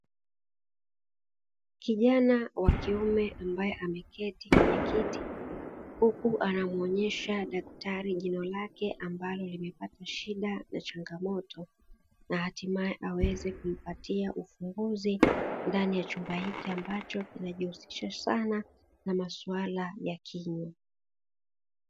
Kijana wa kiume ambaye ameketi kwenye kiti, huku anamuonyesha daktari jina lake ambalo limepata shida na changamoto, na hatimaye aweze kumpatia ufumbuzi ndani ya chumba hiki ambacho kinajihusisha sana na masuala ya kilimo.